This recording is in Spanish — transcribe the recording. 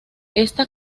esta